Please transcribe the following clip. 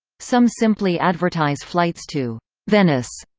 some simply advertise flights to venice,